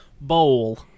Bowl